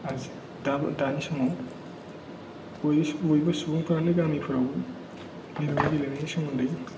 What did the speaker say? दा दानि समाव बयबो सुबुंफोरानो गामिफोरावबो गेलेमु गेलेनायनि सोमोन्दै